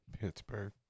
Pittsburgh